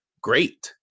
great